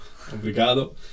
Obrigado